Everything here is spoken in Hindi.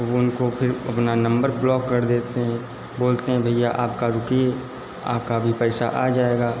अब उनको फिर अपना नंबर ब्लॉक कर देते हैं बोलते हैं भैया आपका रुकिए आपका अभी पैसा आ जाएगा